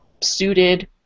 suited